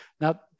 Now